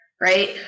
Right